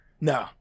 No